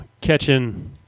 catching